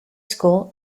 school